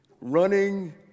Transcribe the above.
running